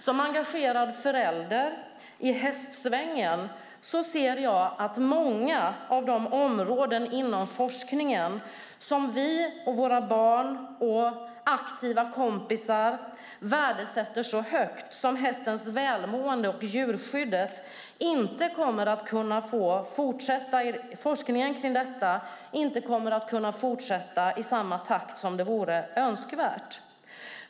Som engagerad förälder i hästsvängen ser jag att forskningen inom många av de områden som vi, våra barn och aktiva kompisar värdesätter så högt, såsom hästens välmående och djurskyddet, inte kommer att kunna fortsätta i den takt som vore önskvärd.